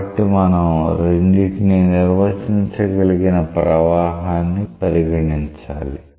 కాబట్టి మనం రెండిటిని నిర్వచించగలిగిన ప్రవాహాన్ని పరిగణించాలి